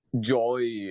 joy